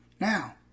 Now